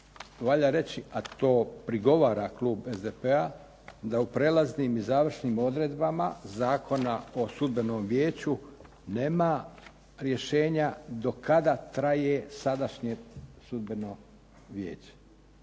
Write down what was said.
valja reći, a to prigovara klub SDP-a, da u prijelaznim i završnim odredbama Zakona o sudbenom vijeću nema rješenja do kada traje sadašnje sudbeno vijeće.